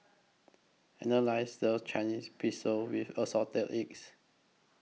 Annalise loves Chinese Pistol with Assorted Eggs